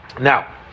Now